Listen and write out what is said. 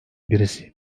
birisi